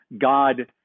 God